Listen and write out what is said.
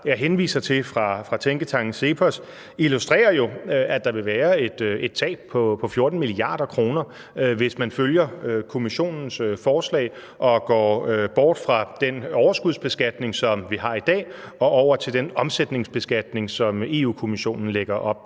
jeg henviser til, fra tænketanken CEPOS illustrerer jo, at der vil være et tab på 14 mia. kr., hvis man følger Kommissionens forslag og går bort fra den overskudsbeskatning, som vi har i dag, og over til den omsætningsbeskatning, som Europa-Kommissionen lægger op